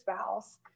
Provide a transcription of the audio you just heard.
spouse